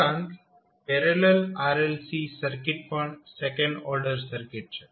ઉપરાંત parallel RLC circuit પણ second order circuit છે